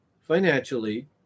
financially